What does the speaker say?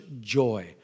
joy